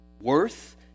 worth